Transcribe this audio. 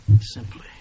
simply